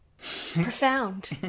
profound